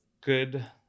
good